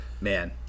man